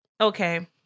Okay